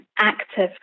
active